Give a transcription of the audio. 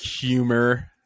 humor